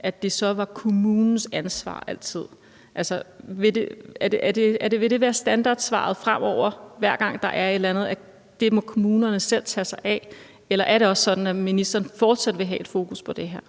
at det altid var kommunens ansvar. Altså, vil det være standardsvaret fremover, hver gang der er et eller andet, at det må kommunerne selv tage sig af? Eller er det også sådan, at ministeren fortsat vil have et fokus på det her?